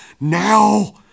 now